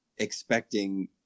expecting